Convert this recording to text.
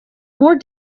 more